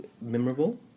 memorable